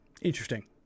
interesting